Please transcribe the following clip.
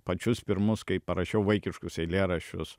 pačius pirmus kai parašiau vaikiškus eilėraščius